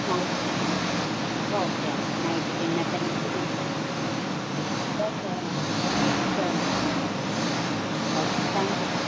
night okay అండి night dinner టైంకి reach అయితే చాలు షూర్ షూర్ అండి షూర్ అండి ఓకే థ్యాంక్ యూ అండి